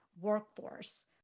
workforce